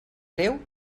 greu